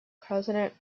president